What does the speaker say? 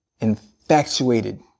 infatuated